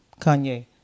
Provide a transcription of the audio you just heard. kanye